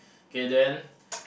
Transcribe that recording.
okay then